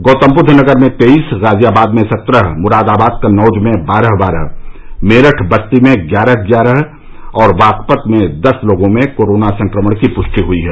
गौतमबुद्द नगर में तेईस गाजियाबाद में सत्रह मुरादाबाद कन्नौज में बारह बारह मेरठ बस्ती में ग्यारह ग्यारह और बागपत में दस लोगों में कोरोना संक्रमण की पुष्टि हुयी है